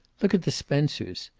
look at the spencers.